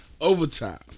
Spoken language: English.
Overtime